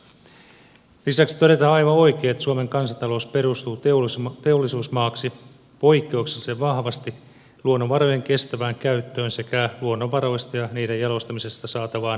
lisäksi todetaan aivan oikein että suomen kansantalous perustuu teollisuusmaaksi poikkeuksellisen vahvasti luonnonvarojen kestävään käyttöön sekä luonnonvaroista ja niiden jalostamisesta saatavaan arvonlisään